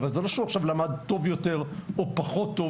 אבל זה לא שהוא למד בגלל זה טוב יותר או טוב פחות.